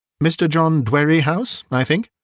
mr. john dwerrihouse, i think?